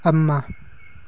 ꯑꯃ